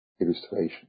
illustration